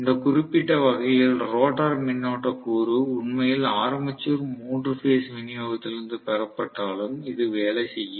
இந்த குறிப்பிட்ட வகையில் ரோட்டார் மின்னோட்ட கூறு உண்மையில் ஆர்மேச்சர் மூன்று பேஸ் விநியோகத்திலிருந்து பெறப்பட்டாலும் இது வேலை செய்யும்